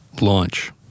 launch